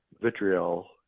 vitriol